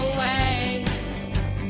waves